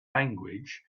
language